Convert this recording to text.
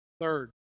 Third